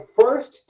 first